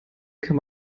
kann